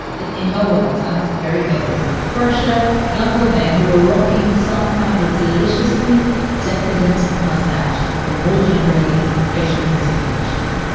in in her words, i have to be very careful, fresher, younger men who are rocking some kind of deliciously decadent mustache or more generally, facial hair situation.